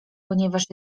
ponieważ